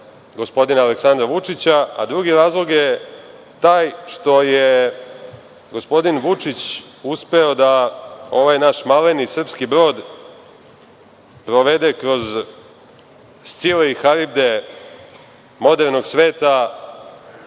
gospodina Aleksandra Vučića, a drugi razlog je taj što je gospodin Vučić uspeo da ovaj naš maleni srpski brod provede kroz Scile i Haribde modernog sveta